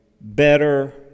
better